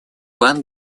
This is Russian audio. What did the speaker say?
пан